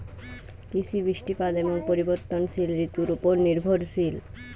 কৃষি বৃষ্টিপাত এবং পরিবর্তনশীল ঋতুর উপর নির্ভরশীল